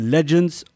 Legends